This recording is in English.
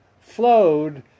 flowed